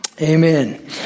Amen